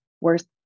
worse